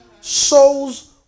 Souls